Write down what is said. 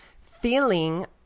feeling